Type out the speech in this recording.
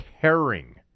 caring